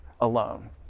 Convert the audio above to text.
alone